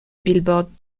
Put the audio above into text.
billboard